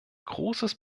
großes